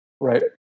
Right